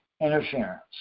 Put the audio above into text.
interference